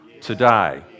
today